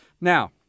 Now